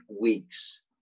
weeks